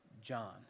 John